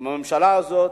בממשלה הזאת.